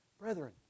Brethren